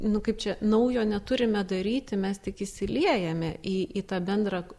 nu kaip čia naujo neturime daryti mes tik įsiliejame į į tą bendrą